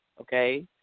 okay